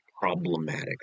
problematic